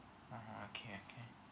(uh huh) okay okay